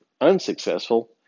unsuccessful